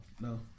No